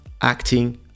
acting